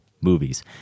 movies